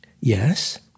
Yes